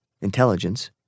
Intelligence